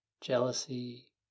jealousy